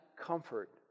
comfort